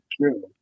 true